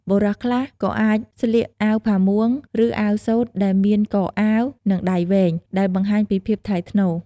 បុរសខ្លះក៏អាចស្លៀកអាវផាមួង ឬអាវសូត្រដែលមានកអាវ និងដៃវែង ដែលបង្ហាញពីភាពថ្លៃថ្នូរ។